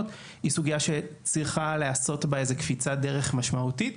היא סוגיה שצריכה להיעשות בה איזו קפיצת דרך משמעותית.